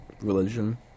religion